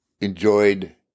enjoyed